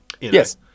yes